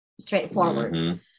straightforward